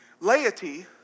Laity